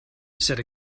said